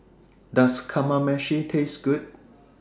Does Kamameshi Taste Good